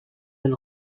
del